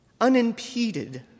unimpeded